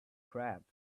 crabs